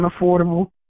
unaffordable